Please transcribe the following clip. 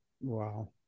Wow